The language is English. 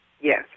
Yes